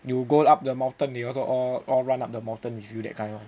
you will go up the mountain they also all all run up the mountain with you that kind orh